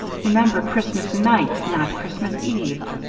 remember, christmas night, not christmas eve.